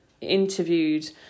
interviewed